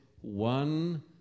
one